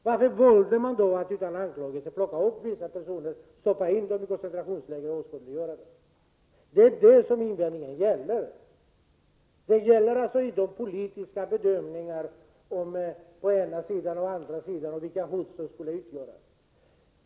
Varför valde man i stället att utan anklagelser plocka upp vissa personer, stoppa in dem i interneringsläger och på så sätt oskadliggöra dem? Det är det som invändningen gäller. Den gäller alltså inte de politiska bedömningarna av vilka hot som skulle finnas å ena sidan och å andra sidan.